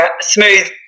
smooth